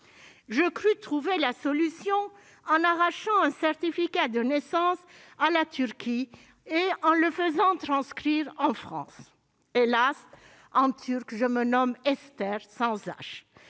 Je crus trouver la solution en arrachant un certificat de naissance à la Turquie et en le faisant transcrire en France. Hélas, en turc, je me nomme Ester, sans «